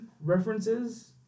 references